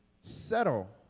settle